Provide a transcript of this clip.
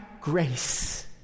grace